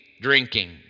drinking